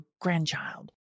grandchild